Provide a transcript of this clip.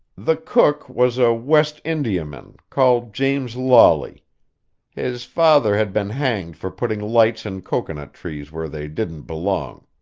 the cook was a west indiaman, called james lawley his father had been hanged for putting lights in cocoanut trees where they didn't belong.